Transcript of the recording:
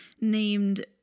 named